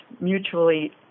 mutually